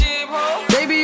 Baby